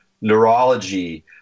neurology